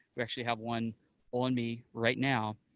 we actually have one on me right now